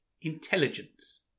intelligence